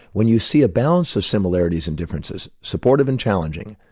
when you see a balance of similarities and differences, supportive and challenging,